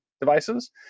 devices